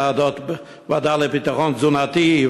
ועדה לביטחון תזונתי,